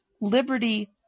Liberty